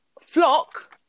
Flock